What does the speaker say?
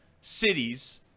cities –